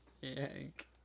Yank